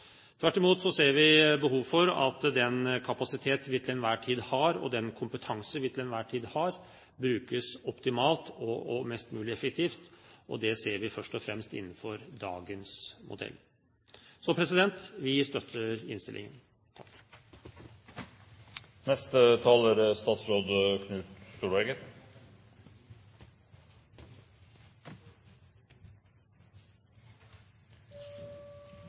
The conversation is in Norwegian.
Tvert imot ser vi behov for at den kapasitet vi til enhver tid har, og den kompetanse vi til enhver tid har, brukes optimalt og mest mulig effektivt, og det ser vi først og fremst innenfor dagens modell. Vi støtter innstillingen. Som justisminister er